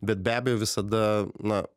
bet be abejo visada na